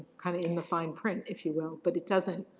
kind of um ah fine print, if you will. but it doesn't,